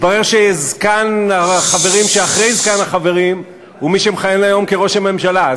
מתברר שזקן החברים שאחרי זקן החברים הוא מי שמכהן היום כראש הממשלה.